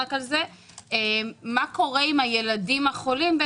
הילדים החולים?